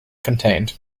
contained